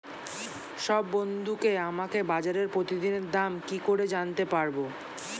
সব বন্ধুকে আমাকে বাজারের প্রতিদিনের দাম কি করে জানাতে পারবো?